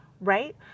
Right